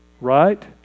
right